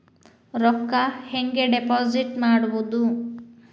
ರೊಕ್ಕ ಹೆಂಗೆ ಡಿಪಾಸಿಟ್ ಮಾಡುವುದು?